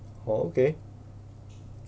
oh okay